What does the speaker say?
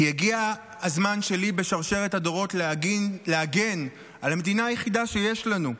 הגיע הזמן שלי בשרשרת הדורות להגן על המדינה היחידה שיש לנו,